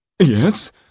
Yes